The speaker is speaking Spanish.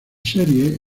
serie